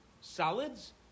Salads